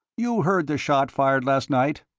you heard the shot fired last night?